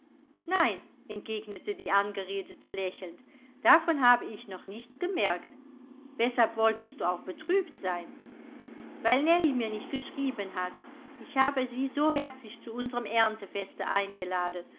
nein entgegnete die angeredete lächelnd davon habe ich noch nichts gemerkt weshalb wolltest du auch betrübt sein weil nellie mir nicht geschrieben hat ich habe sie so herzlich zu unsrem erntefeste eingeladen